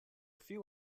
few